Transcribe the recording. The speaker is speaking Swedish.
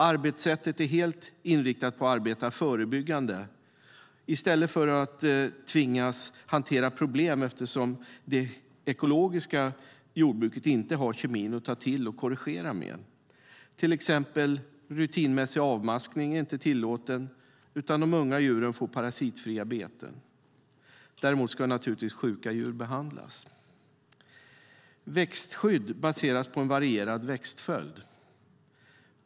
Arbetssättet är helt inriktat på att arbeta förebyggande i stället för att tvingas hantera problem eftersom det ekologiska jordbruket inte har kemin att ta till och korrigera med. Till exempel rutinmässig avmaskning är inte tillåten, utan de unga djuren får parasitfria beten. Däremot ska naturligtvis sjuka djur behandlas. Växtskydd baseras på en varierad växtföljd.